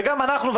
וגם אנחנו,